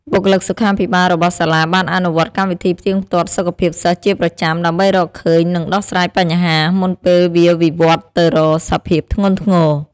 បុគ្គលិកសុខាភិបាលរបស់សាលាបានអនុវត្តកម្មវិធីផ្ទៀងផ្ទាត់សុខភាពសិស្សជាប្រចាំ ដើម្បីរកឃើញ និងដោះស្រាយបញ្ហា មុនពេលវាវិវត្តន៍ទៅរកសភាពធ្ងន់ធ្ងរ។